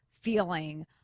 feeling